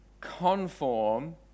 conform